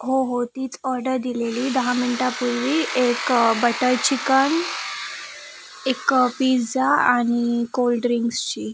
हो हो तीच ऑर्डर दिलेली दहा मिनटापूर्वी एक बटर चिकन एक पिज्जा आणि कोल्डड्रिंक्सची